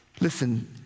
Listen